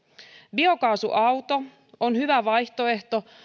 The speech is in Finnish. biokaasuauto on hyvä vaihtoehto